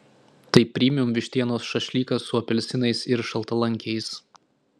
tai premium vištienos šašlykas su apelsinais ir šaltalankiais